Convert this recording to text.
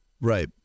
Right